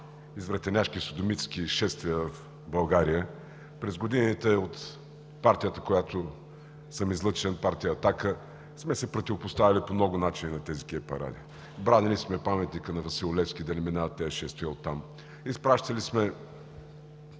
извратеняшки, содомистки шествия в България. През годините от партията, от която съм излъчен – партия „Атака“, сме се противопоставяли по много начини на тези гей паради. Бранили сме паметника на Васил Левски да не минават тези шествия оттам. Изпращали сме